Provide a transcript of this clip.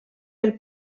pel